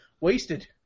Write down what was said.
wasted